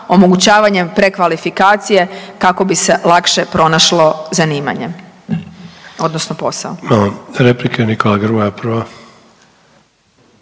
omogućavanjem prekvalifikacije kako bi se lakše pronašlo zanimanje odnosno posao.